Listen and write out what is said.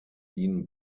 ihn